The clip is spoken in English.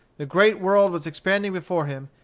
the great world was expanding before him,